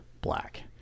black